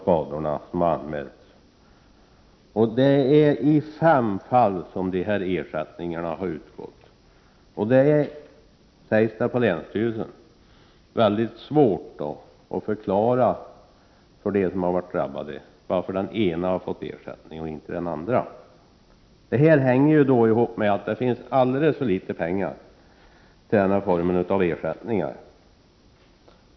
Det motsvarar alltså en tiondel av det belopp som skadorna uppgår till = ue mmomn = oo enligt vad som har anmälts. I fem fall har sådana ersättningar utgått. Det är, sägs det på länsstyrelsen, mycket svårt att förklara för dem som blivit drabbade varför den ena har fått ersättning och inte den andra. Det hänger ihop med att det finns alldeles för litet pengar till den formen av ersättning.